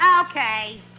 Okay